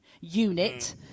unit